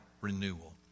renewal